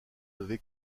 levé